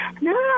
No